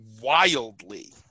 wildly